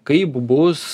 kaip bus